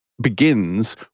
begins